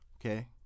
Okay